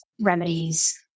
remedies